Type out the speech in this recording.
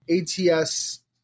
ATS